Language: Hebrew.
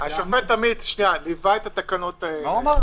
ליווה את התקנות האלה.